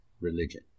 religion